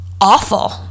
awful